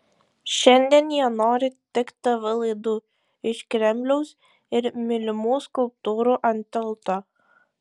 šiandien jie nori tik tv laidų iš kremliaus ir mylimų skulptūrų ant tilto